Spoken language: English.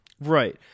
Right